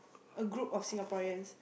a group of Singaporeans